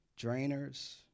drainers